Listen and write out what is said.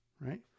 right